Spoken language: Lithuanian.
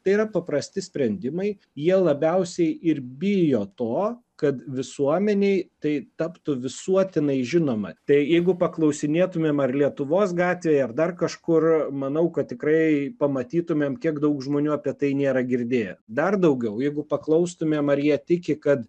tai yra paprasti sprendimai jie labiausiai ir bijo to kad visuomenei tai taptų visuotinai žinoma tai jeigu paklausinėtumėm ar lietuvos gatvėj ar dar kažkur manau kad tikrai pamatytumėm kiek daug žmonių apie tai nėra girdėję dar daugiau jeigu paklaustumėm ar jie tiki kad